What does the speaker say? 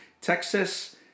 Texas